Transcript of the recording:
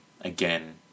Again